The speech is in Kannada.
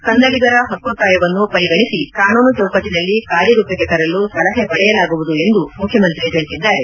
ಕನ್ನಡಿಗರ ಹಕ್ತೊತ್ತಾಯವನ್ನು ಪರಿಗಣಿಸಿ ಕಾನೂನು ಚೌಕಟ್ಟನಲ್ಲಿ ಕಾರ್ಯರೂಪಕ್ಕೆ ತರಲು ಸಲಹೆ ಪಡೆಯಲಾಗುವುದು ಎಂದು ಮುಖ್ಯಮಂತ್ರಿ ತಿಳಿಸಿದ್ದಾರೆ